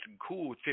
cool